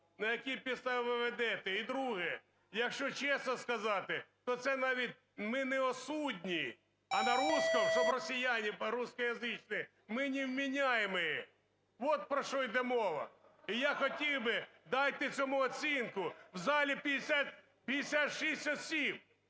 На якій підставі ви ведете? І друге. Якщо чесно сказати, то це навіть ми неосудні. А на русском, щоб россияне русскоязычные: мы невменяемые – от про що іде мова. І я хотів би, дайте цьому оцінку, в залі 56 осіб.